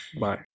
bye